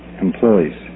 employees